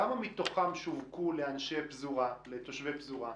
כמה מתוכם שווקו לאנשי הפזורה, לתושבי הפזורה?